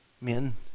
men